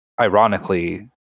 ironically